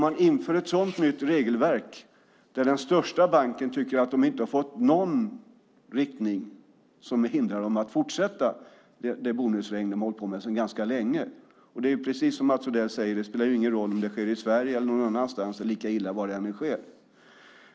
Man inför ett sådant nytt regelverk och den största banken tycker att det inte finns något som hindrar dem att fortsätta det bonusregn de har hållit på med sedan ganska länge. Det är precis som Mats Odell säger. Det spelar ingen roll om det sker i Sverige eller någon annanstans. Det är lika illa var det än sker.